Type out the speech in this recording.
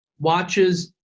watches